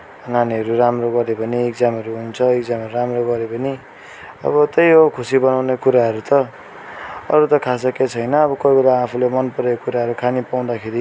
नानीहरू राम्रो गऱ्यो भने इक्जामहरू हुन्छ इक्जामहरू राम्रो गऱ्यो भने अब त्यही हो खुसी बनाउने कुराहरू त अरू त खासै केही छैन अब कोही बेला आफूलाई मन परेको कुराहरू खानु पाउदाखेरि